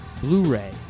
Blu-ray